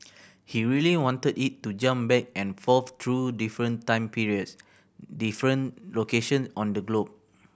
he really wanted it to jump back and forth through different time periods different location on the globe